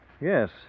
yes